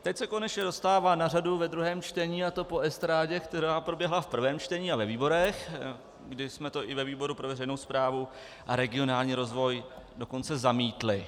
Teď se konečně dostává na řadu ve druhém čtení, a to po estrádě, která proběhla v prvém čtení a ve výborech, kdy jsme to i ve výboru pro veřejnou správu a regionální rozvoj dokonce zamítli.